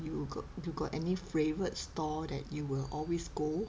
you got you got any favourite store that you will always go